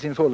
fulla storlek.